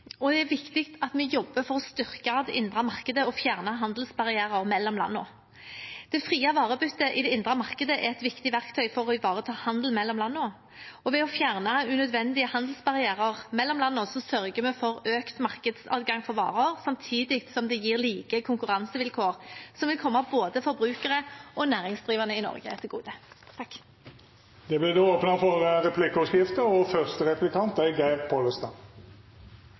og det er viktig at vi jobber for å styrke det indre markedet og fjerner handelsbarrierer mellom landene. Det frie varebyttet i det indre markedet er et viktig verktøy for å ivareta handel mellom landene, og ved å fjerne unødvendige handelsbarrierer mellom landene sørger vi for økt markedsadgang for varer samtidig som det gir like konkurransevilkår, som vil komme både forbrukere og næringsdrivende i Norge til gode. Det vert replikkordskifte. Det er eit viktig prinsipp at me har høge krav til helse, miljø og